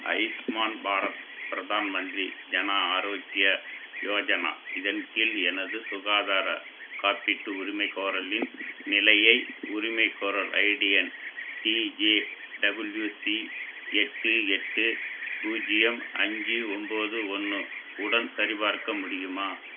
ஆயுஷ்மான் பாரத் பிரதான் மந்திரி ஜன ஆரோக்ய யோஜனா இதன் கீழ் எனது சுகாதார காப்பீட்டு உரிமைக்கோரலின் நிலையை உரிமைக்கோரல் ஐடி எண் டிஜேடபுள்யூசி எட்டு எட்டு பூஜ்ஜியம் அஞ்சு ஒம்பது ஒன்று உடன் சரிபார்க்க முடியுமா